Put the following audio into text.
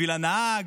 בשביל הנהג,